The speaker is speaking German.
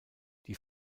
die